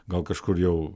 gal kažkur jau